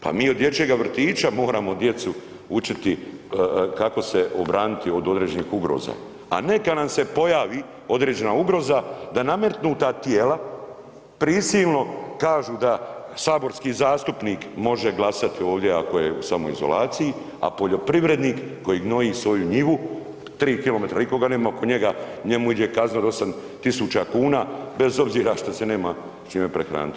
Pa mi od dječjega vrtića moramo djecu učiti kako se obraniti od određenih ugroza, a neka nam se pojavi određena ugroza da nametnuta tijela prisilno kažu da saborski zastupnik može glasat ovdje ako je u samoizolaciji, a poljoprivrednik koji gnoji svoju njivu 3km nikoga nema oko njega, njemu iđe kazna od 8.000 kuna bez obzira što se nema s čime prehraniti.